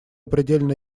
предельно